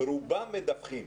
רובם מדווחים.